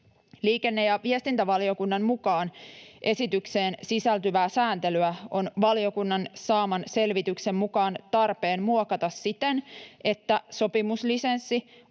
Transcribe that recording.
Liikenne- ja viestintävaliokunnan mukaan esitykseen sisältyvää sääntelyä on valiokunnan saaman selvityksen mukaan tarpeen muokata siten, että sopimuslisenssi